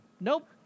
Nope